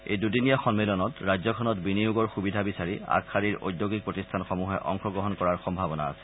এই দুদিনীয়া সন্মিলনত ৰাজ্যখনত বিনিয়োগৰ সুবিধা বিচাৰি আগশাৰীৰ ঔদ্যোগীক প্ৰতিষ্ঠানসমূহে অংশগ্ৰহণ কৰাৰ সম্ভাৱনা আছে